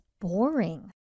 boring